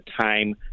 time